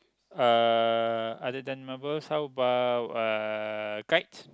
uh other than marbles how about uh kites